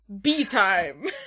B-time